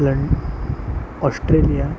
La Australia